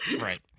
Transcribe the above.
Right